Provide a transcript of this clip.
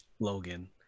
logan